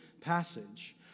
passage